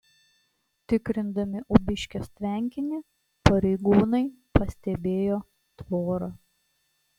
tikrindami ūbiškės tvenkinį pareigūnai pastebėjo tvorą